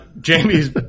Jamie's